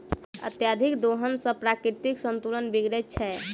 अत्यधिक दोहन सॅ प्राकृतिक संतुलन बिगड़ैत छै